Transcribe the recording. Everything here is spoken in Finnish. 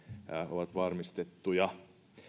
ovat varmistettuja